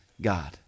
God